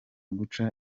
guca